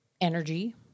energy